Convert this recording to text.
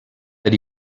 that